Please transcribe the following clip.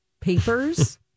papers